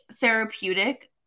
therapeutic